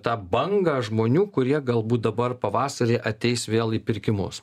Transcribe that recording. tą bangą žmonių kurie galbūt dabar pavasarį ateis vėl į pirkimus